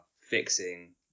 fixing